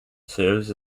serves